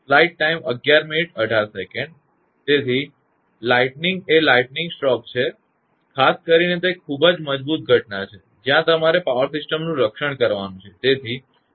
તેથી લાઈટનિંગવીજળી એ લાઈટનિંગ સ્ટ્રોકવીજળીનો આંચકો છે ખાસ કરીને તે ખૂબ જ મજબૂત ઘટના છે જ્યાં તમારે પાવર સિસ્ટમનું રક્ષણ કરવાનું છે